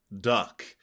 duck